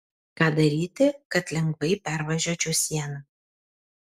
ką daryti kad lengvai pervažiuočiau sieną